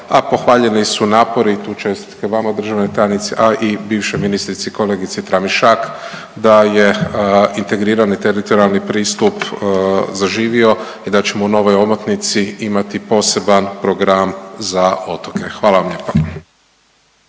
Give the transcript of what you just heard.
a pohvaljeni su i napori tu čestitke vama državnoj tajnici, a i bivšoj ministrici kolegici Tramišak da je integrirani teritorijalni pristup zaživio i da ćemo u novoj omotnici imati poseban program za otoke. Hvala vam lijepa.